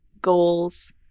goals